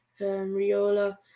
Riola